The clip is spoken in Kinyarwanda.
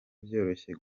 byoroshye